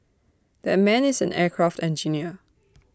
that man is an aircraft engineer